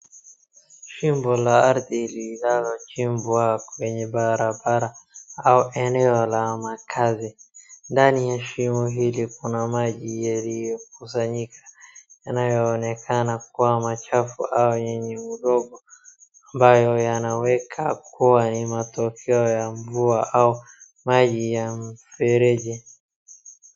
Shimo la ardhi linalo chimbwa kwenye barabara au eneyo la makazi , ndani ya shimo hili kuna maji yaliyo kusanyika yanayoonekana kuwa machafu au yenye udongo ambayo yanayoneka kuwa ni matokeo ya mvua au maji ya mfereji.